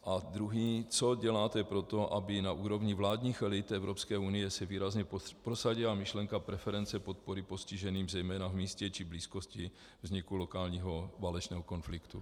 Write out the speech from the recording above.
A druhý: Co děláte pro to, aby na úrovni vládních elit Evropské unie se výrazně prosadila myšlenka preference podpory postiženým zejména v místě či blízkosti vzniku lokálního válečného konfliktu?